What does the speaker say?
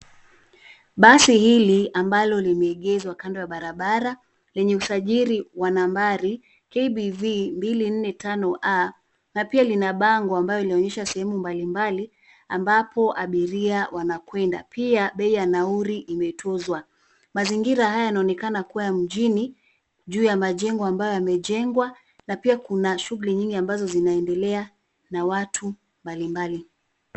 Basi hili ambalo limeegezwa kando ya barabara, wenye usajili wa nambari, KBV 245A , na pia lina bango ambayo inaonyesha sehemu mbali mbali, ambapo abiria wanakwenda, pia bei ya nauli imetuzwa, mazingira haya yanaonekana kuwa ya mjini, juu ya majengo ambayo yamejengwa, na pia kuna shughuli nyingi ambazo zinaendelea, na watu, mbali mbali.